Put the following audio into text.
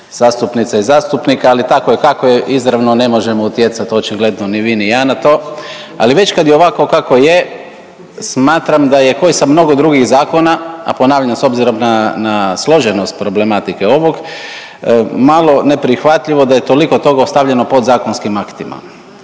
zastupnica i zastupnika, ali tako je kako je izravno ne možemo utjecat očigledno ni vi ni ja na to. Ali već kad je ovako kako je smatram da je ko i sa mnogo drugih zakona, a ponavljam s obzirom na složenost problematike ovog, malo neprihvatljivo da je toliko toga ostavljeno podzakonskim aktima,